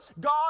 God